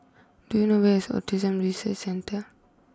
do you know where is Autism Resource Centre